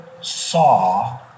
saw